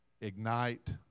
Ignite